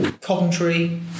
Coventry